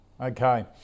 okay